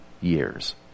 years